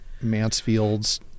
Mansfield's